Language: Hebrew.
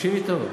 תקשיבי טוב.